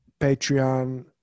Patreon